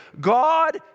God